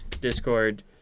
Discord